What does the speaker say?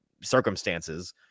circumstances